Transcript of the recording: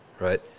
right